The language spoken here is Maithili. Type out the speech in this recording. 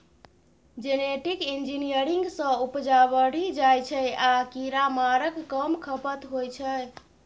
जेनेटिक इंजीनियरिंग सँ उपजा बढ़ि जाइ छै आ कीरामारक कम खपत होइ छै